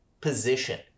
position